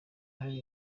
hari